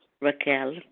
Raquel